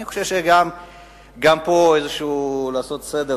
אני חושב שגם פה צריך לעשות סדר,